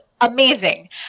amazing